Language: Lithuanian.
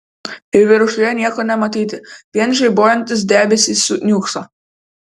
ir viršuje nieko nematyti vien žaibuojantis debesys niūkso